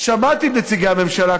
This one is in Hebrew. שמעתי את נציגי הממשלה,